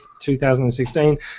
2016